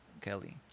Kelly